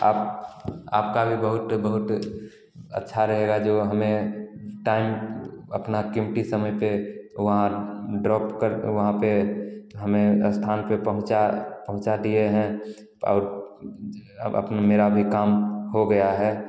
आप आपका भी बहुत बहुत अच्छा रहेगा जो हमें टाइम अपना कीमती समय पे वहाँ ड्रॉप करके वहाँ पे हमें स्थान पे पहुँचा पहुँचा दिए हैं और अब अपना मेरा भी काम हो गया है